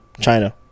China